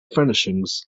furnishings